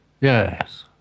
Yes